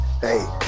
hey